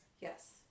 Yes